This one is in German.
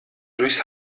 durchs